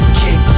kick